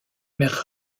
mère